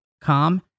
calm